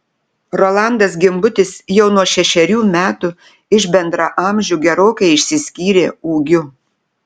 rolandas gimbutis jau nuo šešerių metų iš bendraamžių gerokai išsiskyrė ūgiu